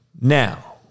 Now